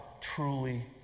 truly